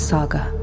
Saga